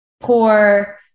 poor